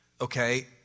Okay